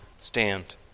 stand